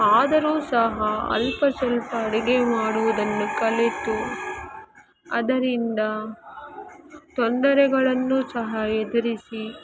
ಆದರೂ ಸಹ ಅಲ್ಪ ಸ್ವಲ್ಪ ಅಡಿಗೆ ಮಾಡುವುದನ್ನು ಕಲಿತು ಅದರಿಂದ ತೊಂದರೆಗಳನ್ನೂ ಸಹ ಎದುರಿಸಿ